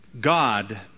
God